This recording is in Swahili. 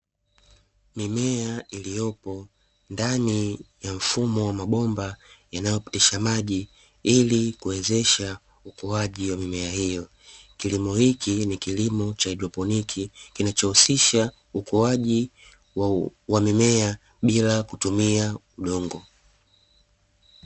Mimea iliyopo ndani ya mfumo wa mabomba yanayopitisha maji ili kuwezesha ukuaji wa mimea hiyo, kilimo hiki ni kilimo cha haidroponi kinachohusisha ukuaji wa mimea bila kutumia udongo.